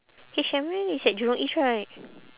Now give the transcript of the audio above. H&M is at jurong east right